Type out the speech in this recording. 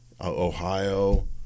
Ohio